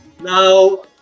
Now